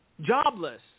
jobless